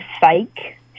Psych